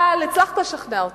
אבל הצלחת לשכנע אותי,